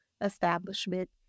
establishment